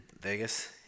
Vegas